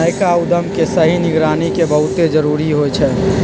नयका उद्यम के सही निगरानी के बहुते जरूरी होइ छइ